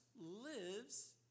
lives